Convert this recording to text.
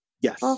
Yes